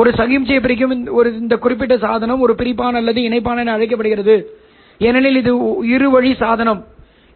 ஒரு சமிக்ஞையை பிரிக்கும் இந்த குறிப்பிட்ட சாதனம் ஒரு பிரிப்பான் அல்லது இணைப்பான் என அழைக்கப்படுகிறது ஏனெனில் இது இரு வழி சாதனம்